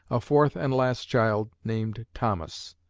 a fourth and last child, named thomas.